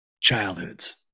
childhoods